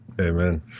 Amen